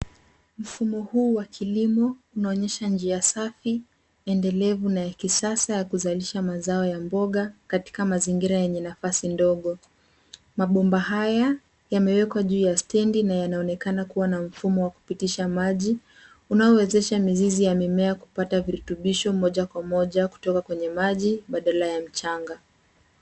Mfumo huu wa kilimo unaonyesha njia safi endelevu na ya kisasa na ya kuzalisha mazao ya mboga katika mazingira yenye nafasi ndogo. Mabomba haya yamewekwa juu ya stendi na yanaonekana kuwa na mfumo wa kupitisha maji unaowezesha mizizi ya mimea kupata virutubisho moja kwa moja kutoka kwenye maji badala ya mchanga.